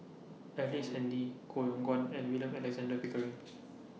Ellice Handy Koh Yong Guan and William Alexander Pickering